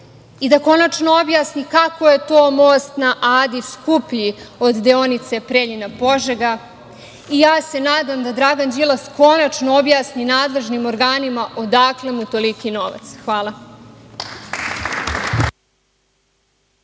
i da konačno objasni kako je to Most na Adi skuplji od deonice Preljina-Požega. Ja se nadam i da Dragan Đilas konačno objasni nadležnim organima odakle mu toliki novac. Hvala.